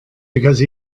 because